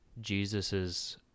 Jesus's